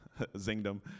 Zingdom